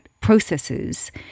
processes